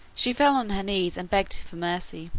she fell on her knees and begged for mercy.